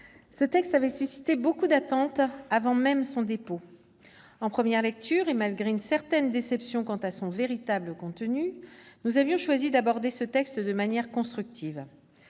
de loi avait suscité beaucoup d'attentes avant même son dépôt. Malgré une certaine déception quant à son véritable contenu, nous avions choisi d'aborder son examen de manière constructive.